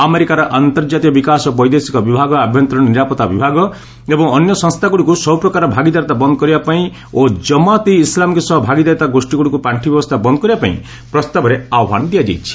ଆମେରିକାର ଅନ୍ତର୍ଜାତୀୟ ବିକାଶ ବୈଦେଶିକ ବିଭାଗ ଆଭ୍ୟନ୍ତରୀଣ ନିରାପତ୍ତା ବିଭାଗ ଏବଂ ଅନ୍ୟ ସଂସ୍ଥାଗୁଡ଼ିକୁ ସବୁ ପ୍ରକାର ଭାଗିଦାରିତା ବନ୍ଦ୍ କରିବାପାଇଁ ଓ ଜମାତ୍ ଇ ଇସ୍ଲାମିକ୍ ସହ ସହଭାଗିତା ଗୋଷୀଗୁଡ଼ିକୁ ପାର୍ଷି ବ୍ୟବସ୍ଥା ବନ୍ଦ୍ କରିବାପାଇଁ ପ୍ରସ୍ତାବରେ ଆହ୍ବାନ ଦିଆଯାଇଛି